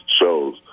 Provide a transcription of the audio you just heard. shows